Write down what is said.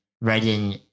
writing